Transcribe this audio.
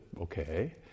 okay